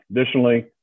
Additionally